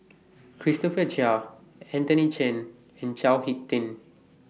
Christopher Chia Anthony Chen and Chao Hick Tin